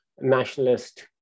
nationalist